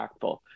impactful